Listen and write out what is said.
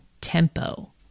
tempo